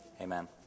Amen